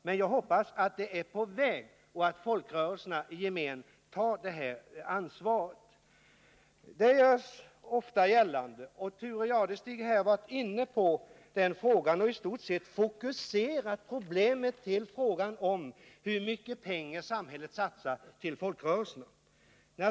Men jag hoppas att ett sådant agerande är på väg och att folkrörelserna i gemen tar sitt ansvar. Något som ofta händer i debatten om dessa frågor är att problemet fokuseras på frågan om hur mycket pengar samhället satsar till folkrörelserna. Thure Jadestig var också inne på detta.